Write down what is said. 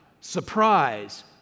Surprise